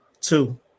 Two